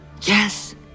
Yes